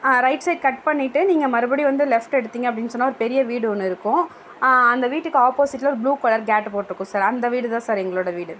ஆ right side cut பண்ணிவிட்டு நீங்கள் மறுபடியும் வந்து லெஃப்ட் எடுத்தீங்க அப்படின் சொன்னால் ஒரு பெரிய வீடு ஒன்று இருக்கும் அந்த வீட்டுக்கு ஆப்போசிட்டில் ஒரு ப்ளூ கலர் கேட்டு போட்டிருக்கும் சார் அந்த வீடு தான் சார் எங்களோட வீடு